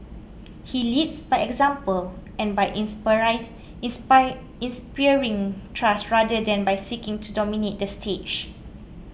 he leads by example and by inspiring trust rather than by seeking to dominate the stage